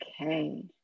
okay